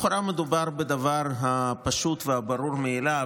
לכאורה מדובר בדבר הפשוט והברור מאליו,